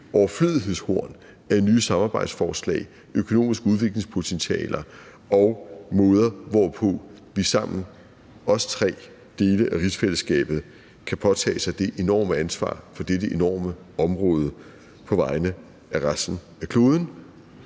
overflødighedshorn af nye samarbejdsforslag, økonomiske udviklingspotentialer og måder, hvorpå vi sammen, os tre dele af rigsfællesskabet, kan påtage os det enorme ansvar for dette enorme område på vegne af resten af kloden.